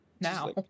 Now